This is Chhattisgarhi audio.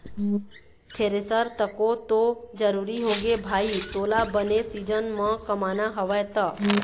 थेरेसर तको तो जरुरी होगे भाई तोला बने सीजन म कमाना हवय त